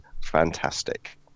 fantastic